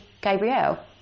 Gabrielle